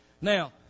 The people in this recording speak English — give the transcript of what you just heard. Now